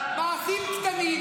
מה אתה עשית בחיים?